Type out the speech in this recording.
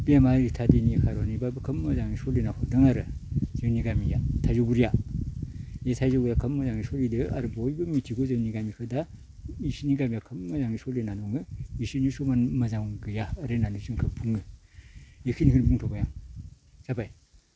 बेमार इत्यादिनि कारनैबाबो खोब मोजाङै सोलिना हरदों आरो जोंनि गामिया थाइजौगुरिया बे थाइजौगुरिया खोब मोजाङै सोलिदों आरो बयबो मिथिगौ जोंनि गामिखौ दा बिसोरनि गामिया खोब मोजाङै सोलिना दङ बिसोरनि समान मोजां गैया ओरै होननानै जोंखौ बुङो बेखिनिखौनो बुंथ'बाय आं जाबाय